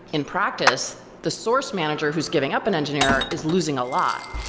in practice, the source manager who's giving up an engineer is losing a lot,